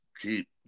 keep